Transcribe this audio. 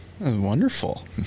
Wonderful